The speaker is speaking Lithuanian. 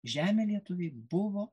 žemė lietuviui buvo